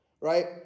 right